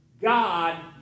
God